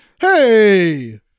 Hey